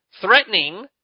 threatening